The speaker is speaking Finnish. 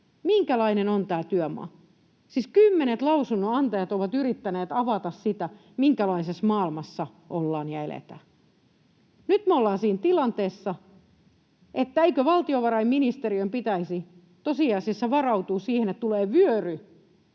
minkälainen on tämä työmaa. Siis kymmenet lausunnonantajat ovat yrittäneet avata sitä, minkälaisessa maailmassa ollaan ja eletään. Nyt me ollaan siinä tilanteessa, että eikö valtiovarainministeriön pitäisi tosiasiassa varautua siihen, että euromäärää